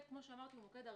הוא עובד ארצית.